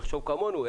יחשוב כמונו,